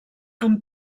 amb